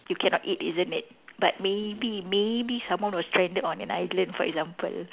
you cannot eat isn't it but maybe maybe someone was stranded on an island for example